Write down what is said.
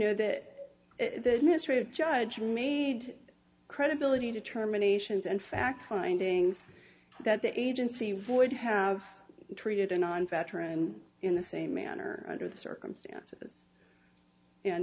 know that the ministry of judge made credibility determinations and fact findings that the agency void have treated a non factor and in the same manner under the circumstances